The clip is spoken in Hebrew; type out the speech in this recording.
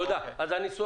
תודה, אז הניסוח הזה.